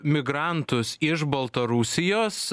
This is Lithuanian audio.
migrantus iš baltarusijos